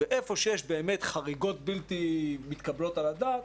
ואיפה שיש באמת חריגות שהן בלתי מתקבלות על הדעת,